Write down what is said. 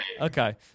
Okay